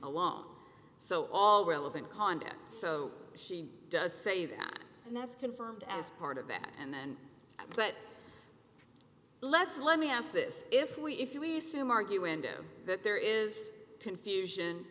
alone so all relevant conduct so she does say that and that's confirmed as part of that and then but let's let me ask this if we if we assume argue endo that there is confusion